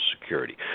Security